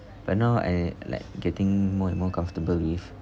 but now I like getting more and more comfortable if